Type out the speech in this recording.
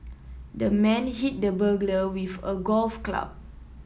the man hit the burglar with a golf club